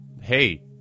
Hey